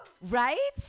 Right